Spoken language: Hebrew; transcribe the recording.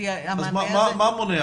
מה מונע?